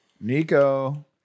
Nico